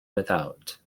without